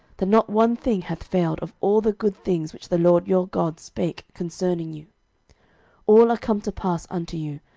that not one thing hath failed of all the good things which the lord your god spake concerning you all are come to pass unto you,